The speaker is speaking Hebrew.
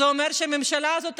זה אומר שהממשלה הזו,